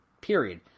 period